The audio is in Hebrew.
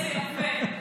זה יפה.